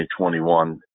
2021